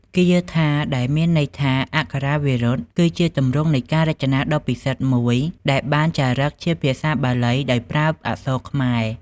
គាថា ដែលមានន័យថា អក្ខរាវិរុទ្ធ គឺជាទម្រង់នៃការរចនាដ៏ពិសិដ្ឋមួយដែលបានចារឹកជាភាសាបាលីដោយប្រើអក្សរខ្មែរ។